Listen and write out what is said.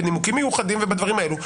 בנימוקים מיוחדים ובדברים האלו,